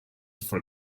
for